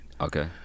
okay